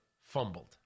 fumbled